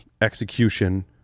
execution